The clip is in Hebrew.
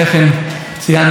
ארבע שנים להתנקשות,